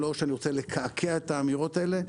לא שאני רוצה לקעקע את האמירות האלה,